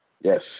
Yes